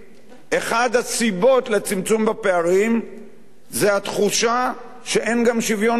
אחת הסיבות לפערים זה התחושה שאין גם שוויון בנטל,